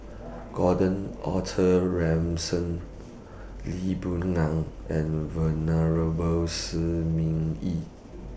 Gordon Arthur Ransome Lee Boon Ngan and Venerable Shi Ming Yi